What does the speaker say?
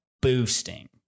boosting